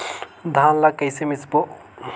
धान ला कइसे मिसबो?